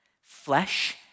Flesh